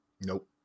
Nope